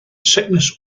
sickness